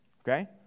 Okay